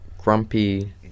Grumpy